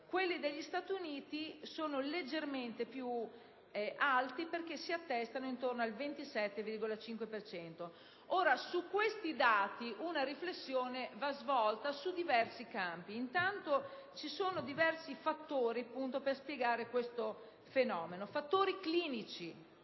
Quelli degli Stati Uniti sono leggermente più alti perché si attestano intorno al 27,5 per cento. Su questi dati una riflessione va svolta su diversi campi. Intanto, esistono diversi fattori per spiegare questo fenomeno. Sono fattori clinici,